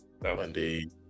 Monday